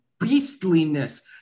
beastliness